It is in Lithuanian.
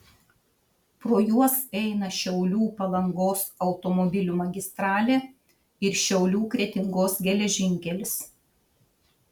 pro juos eina šiaulių palangos automobilių magistralė ir šiaulių kretingos geležinkelis